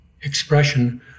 expression